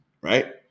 right